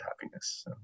happiness